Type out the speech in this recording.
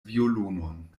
violonon